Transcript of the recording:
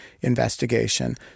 investigation